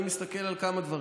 אני מסתכל על כמה דברים: